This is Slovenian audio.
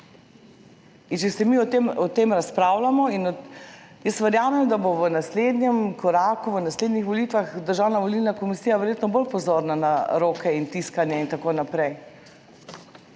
In če se mi o tem, o tem razpravljamo in jaz verjamem, da bo v naslednjem koraku, v naslednjih volitvah Državna volilna komisija verjetno bolj pozorna na roke in tiskanje in tako naprej.